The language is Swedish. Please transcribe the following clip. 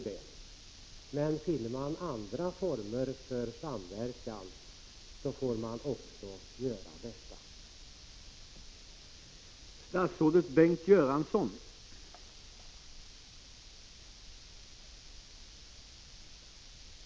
Men man får också utnyttja andra former för samverkan, om 19 man kommer fram till sådana.